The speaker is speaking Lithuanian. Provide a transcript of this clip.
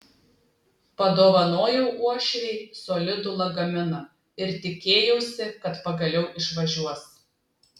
padovanojau uošvei solidų lagaminą ir tikėjausi kad pagaliau išvažiuos